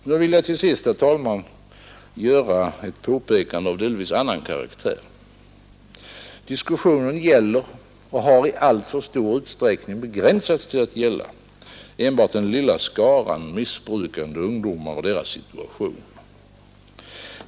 Jag vill till sist göra ett påpekande av delvis annan karaktär. Diskussionen gäller och har i alltför stor utsträckning begränsats till att gälla enbart den lilla skaran missbrukande ungdomar och deras situation.